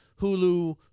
Hulu